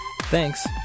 Thanks